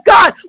God